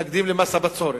שמתנגדים למס הבצורת,